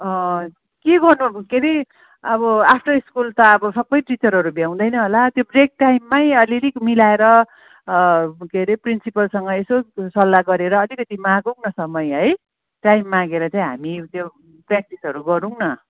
के गर्नु के रे अब आफ्टर स्कुल त अब सबै टिचरहरू भ्याउँदैन होला त्यो ब्रेक टाइममै अलिअलि मिलाएर के हरे प्रिन्सिपलसँग यसो सल्लाह गरेर अलिकति मागौँ न समय है टाइम मागेर चाहिँ हामी त्यो प्रेक्टिसहरू गरौँ न